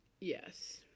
Yes